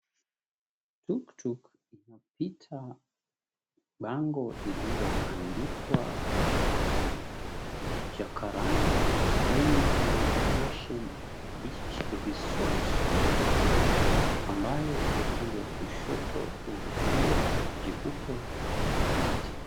Tuktuk inapita bango lililoandikwa, "Jacaranda Indian Ocean Beach Resort," ambayo upande wa kushoto kuna ua jeupe na miti.